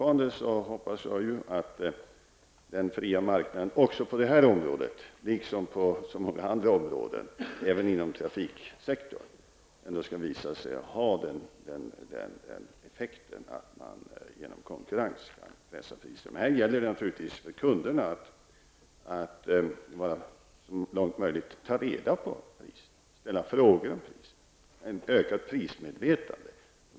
Jag hoppas fortfarande att den fria marknaden även inom trafiksektorn liksom på så många andra områden, skall visa sig få den effekten att man genom konkurrens kan pressa priserna. Här gäller det naturligtvis för kunderna att så långt möjligt ta reda på priset och ställa frågor. Det behövs en ökad prismedvetenhet.